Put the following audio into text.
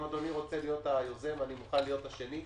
אם אדוני רוצה להיות היוזם, אני מוכן להיות השני.